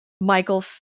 Michael